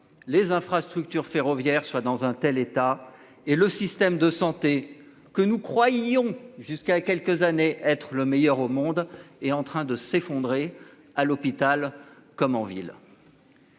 les infrastructures ferroviaires, soit dans un tel état et le système de santé que nous croyons jusqu'à quelques années, être le meilleur au monde est en train de s'effondrer à l'hôpital comme en ville.--